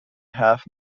half